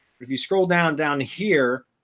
if you scroll down down here,